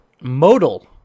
modal